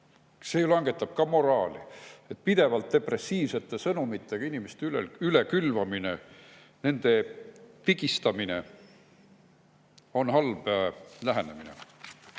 See langetab ka moraali. Pidevalt depressiivsete sõnumitega inimeste ülekülvamine ja nende pigistamine on halb lähenemine.